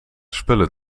spullen